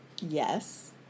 yes